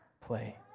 play